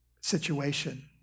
situation